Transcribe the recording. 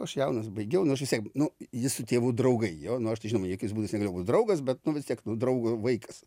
aš jaunas baigiau nu aš vis tiek nu jis su tėvu draugai jo nu aš tai žinoma jokiais būdais negalėjau būt draugas bet vis tiek draugo vaikas